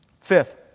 Fifth